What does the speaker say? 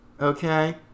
okay